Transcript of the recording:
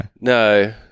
no